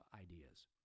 ideas